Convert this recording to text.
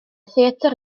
theatr